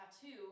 tattoo